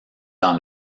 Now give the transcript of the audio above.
dans